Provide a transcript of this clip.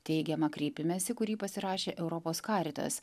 teigiama kreipimesi kurį pasirašė europos karitas